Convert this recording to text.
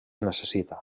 necessita